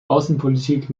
außenpolitik